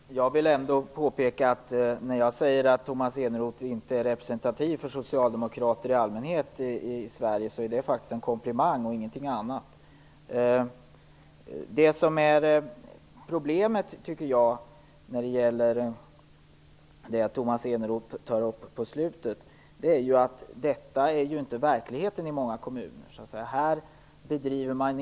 Fru talman! Jag vill ändå påpeka att när jag säger att Tomas Eneroth inte är representativ för socialdemokrater i allmänhet i Sverige så är det en komplimang, och ingenting annat. Problemet med det som Tomas Eneroth tar upp mot slutet av sitt inlägg är att detta inte är verkligheten i många kommuner.